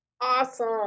Awesome